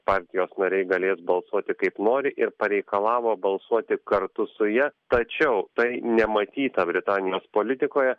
partijos nariai galės balsuoti kaip nori ir pareikalavo balsuoti kartu su ja tačiau tai nematyta britanijos politikoje